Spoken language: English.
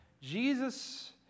Jesus